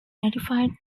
ratified